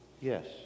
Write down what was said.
Yes